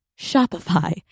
Shopify